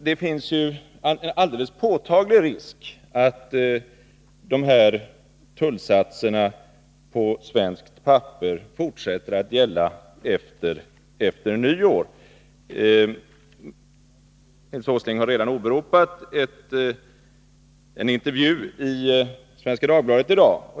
Det finns en alldeles påtaglig risk att tullsatserna för svenskt papper fortsätter att gälla efter nyåret. Nils Åsling har redan åberopat en intervju i Svenska Dagbladet i dag.